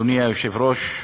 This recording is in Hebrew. אדוני היושב-ראש,